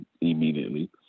immediately